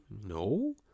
no